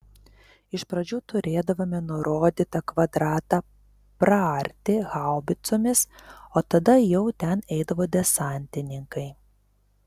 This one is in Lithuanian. iš pradžių turėdavome nurodytą kvadratą praarti haubicomis o tada jau ten eidavo desantininkai